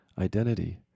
identity